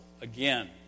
again